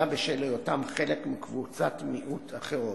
בשל היותם חלק מקבוצות מיעוט אחרות.